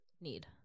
need